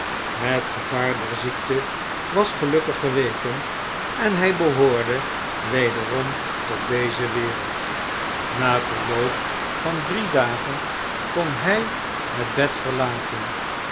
het gevaar der ziekte was gelukkig geweken en hij behoorde wederom tot deze wereld na verloop van drie dagen kon hij het bed verlaten